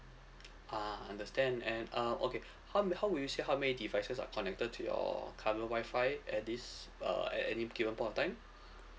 ah understand and uh okay how may how would you say how many devices are connected to your current wi-fi at this uh at any given point of time